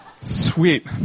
Sweet